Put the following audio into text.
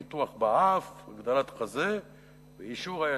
ניתוח באף, הגדלת חזה ויישור הישבן.